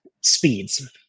speeds